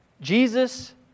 Jesus